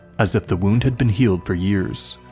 as if the wound had been healed for years.